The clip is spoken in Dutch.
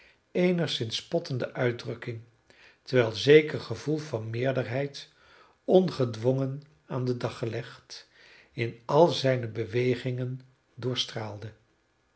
eenigszins spottende uitdrukking terwijl zeker gevoel van meerderheid ongedwongen aan den dag gelegd in al zijne bewegingen